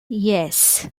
yes